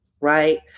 Right